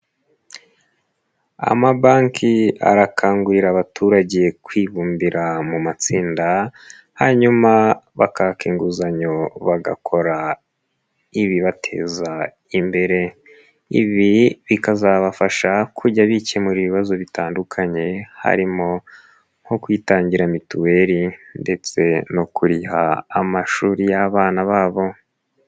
Amabanki arakangurira abaturage kwibumbira mu matsinda hanyuma bakaka inguzanyo bagakora ibibateza imbere, ibi bikazabafasha kujya bikemura ibibazo bitandukanye harimo nko kwitangira mituweli ndetse no kuriha amashuri y'abana babo.